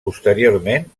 posteriorment